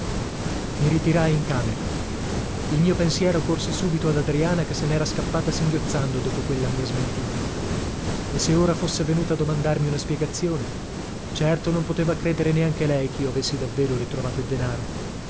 i ritirai in camera il mio pensiero corse subito ad adriana che se nera scappata singhiozzando dopo quella mia smentita e se ora fosse venuta a domandarmi una spiegazione certo non poteva credere neanche lei chio avessi davvero ritrovato il denaro